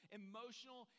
emotional